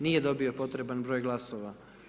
Nije dobio potreban broj glasova.